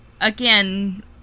again